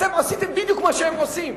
אתם עשיתם בדיוק מה שהם עושים.